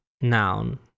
noun